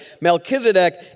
Melchizedek